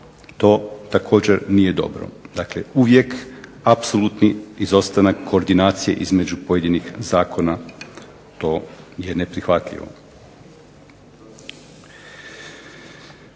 To također nije dobro. Dakle, uvijek apsolutni izostanak koordinacije između pojedinih zakona. To je neprihvatljivo.